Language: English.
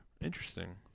Interesting